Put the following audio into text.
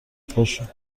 پاشو